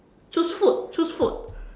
choose food choose food